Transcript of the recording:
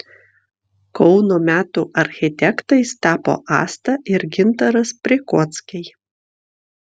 kauno metų architektais tapo asta ir gintaras prikockiai